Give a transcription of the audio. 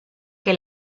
que